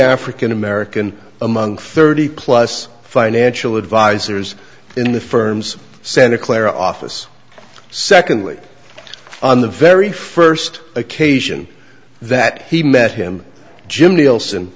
african american among thirty plus financial advisors in the firm's santa clara office secondly on the very first occasion that he met him jim niels